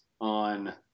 on